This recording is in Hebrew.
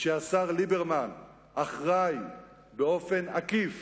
כשהשר ליברמן אחראי באופן עקיף